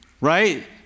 right